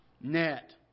net